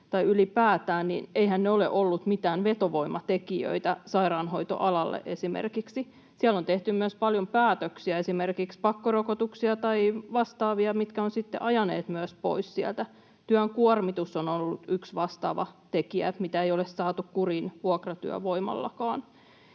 tai ylipäätään, eiväthän ne ole olleet mitään vetovoimatekijöitä esimerkiksi sairaanhoitoalalle. Siellä on tehty myös paljon päätöksiä, esimerkiksi pakkorokotuksia tai vastaavia, mitkä ovat sitten ajaneet myös pois sieltä. Työn kuormitus on ollut yksi vastaava tekijä, mitä ei ole saatu kuriin vuokratyövoimallakaan.